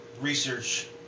research